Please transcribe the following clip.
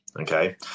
Okay